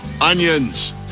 Onions